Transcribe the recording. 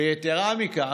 ויתרה מכך,